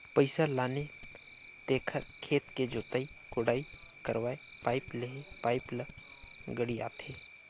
पइसा लाने तेखर खेत के जोताई कोड़ाई करवायें पाइप लेहे पाइप ल गड़ियाथे